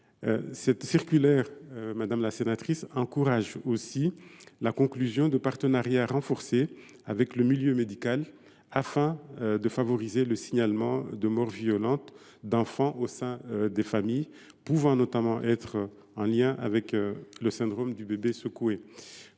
Cette circulaire encourage aussi la conclusion de partenariats renforcés avec le milieu médical pour favoriser le signalement des morts violentes d’enfants au sein des familles pouvant notamment être en lien avec le syndrome du bébé secoué.